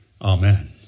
Amen